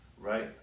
right